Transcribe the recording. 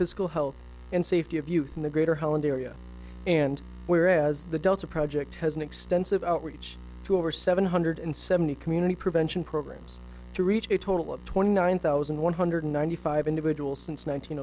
physical health and safety of youth in the greater holland area and whereas the delta project has an extensive outreach to over seven hundred seventy community prevention programs to reach a total of twenty nine thousand one hundred ninety five individuals since